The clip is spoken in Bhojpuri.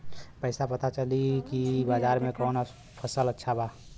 कैसे पता चली की बाजार में कवन फसल अच्छा बा?